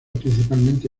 principalmente